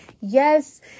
yes